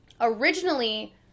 Originally